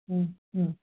হুম হুম